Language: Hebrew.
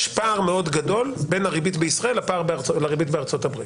יש פער מאוד גדול בין הריבית בישראל לריבית בארצות הברית.